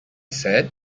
said